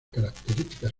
características